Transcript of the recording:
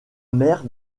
mère